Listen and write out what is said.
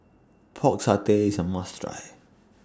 Pork Satay IS A must Try